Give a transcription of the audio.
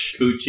coochie